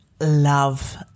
love